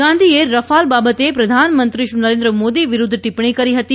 ગાંધીએ રફાલ બાબતે પ્રધાનમંત્રી શ્રી નરેન્દ્ર મોદી વિરૂધ્ધ ટીપ્પણી કરી હતી